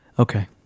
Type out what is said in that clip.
Okay